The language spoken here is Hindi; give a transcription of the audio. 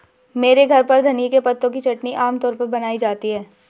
मेरे घर पर धनिए के पत्तों की चटनी आम तौर पर बनाई जाती है